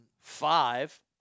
Five